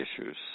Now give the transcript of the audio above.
issues